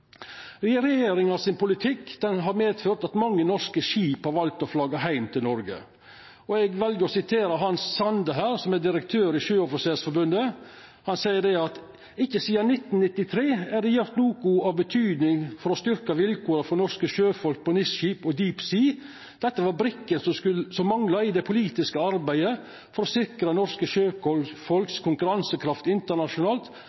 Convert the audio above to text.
Regjeringa sin politikk har medført at mange norske skip har valt å flagga heim til Noreg. Eg vel å sitera Hans Sande, direktør for Sjøoffisersforbundet. Han sa til TV 2: «Ikke siden 1993 er det gjort noe av betydning for å styrke vilkårene for norske sjøfolk på NIS-skip «deep sea». Dette var brikken som manglet i det politiske arbeidet for å sikre norske